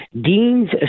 deans